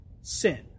sin